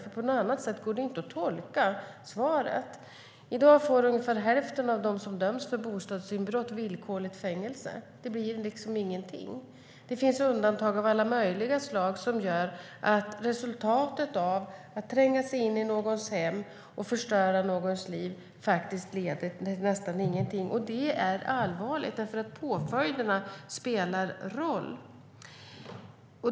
Det går inte att tolka svaret på något annat sätt. I dag får ungefär hälften av dem som döms för bostadsinbrott villkorligt fängelse. Det blir liksom ingenting. Det finns undantag av alla möjliga slag som gör att resultatet av att tränga sig in i någons hem och förstöra någons liv nästan inte blir någonting. Detta är allvarligt därför att påföljderna spelar roll.